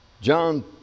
John